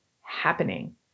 happening